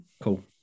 cool